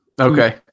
Okay